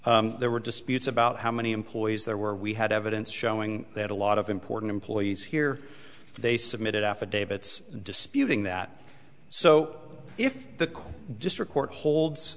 there were disputes about how many employees there were we had evidence showing that a lot of important employees here they submitted affidavits disputing that so if the court district court holds